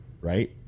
Right